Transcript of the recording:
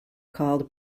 called